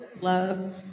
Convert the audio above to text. love